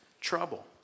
trouble